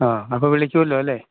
ആ അപ്പോള് വിളിക്കുമല്ലോ അല്ലേ